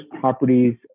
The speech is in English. properties